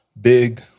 big